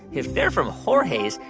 if they're from jorge's,